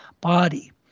body